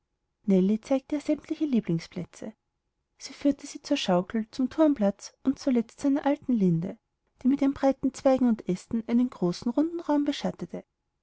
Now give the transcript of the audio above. zeigte ihr sämtliche lieblingsplätze sie führte sie zur schaukel zum turnplatz und zuletzt zu einer alten linde die mit ihren breiten zweigen und aesten einen großen runden raum beschattete